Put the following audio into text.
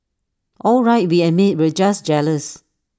all right we admit we're just jealous